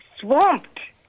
swamped